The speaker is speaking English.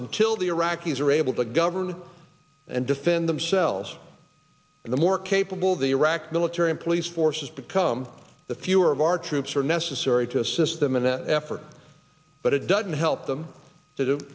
until the iraqis are able to govern and defend themselves and the more capable the iraqi military and police forces become the fewer of our troops are necessary to assist them in that effort but it doesn't help them to